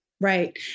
right